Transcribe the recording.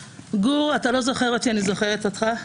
גור, אתה לא זוכר אותי, אני זוכרת אותך.